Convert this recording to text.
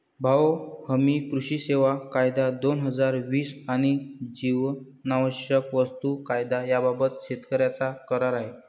भाव हमी, कृषी सेवा कायदा, दोन हजार वीस आणि जीवनावश्यक वस्तू कायदा याबाबत शेतकऱ्यांचा करार आहे